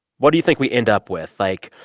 what do you think we end up with? like,